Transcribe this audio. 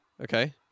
Okay